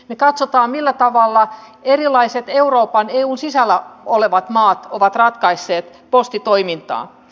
me katsomme millä tavalla erilaiset euroopan eun sisällä olevat maat ovat ratkaisseet postitoimintaa